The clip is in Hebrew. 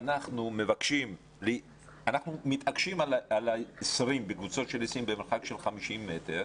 שאנחנו מתעקשים על קבוצות של 20 במרחב של 50 מ"ר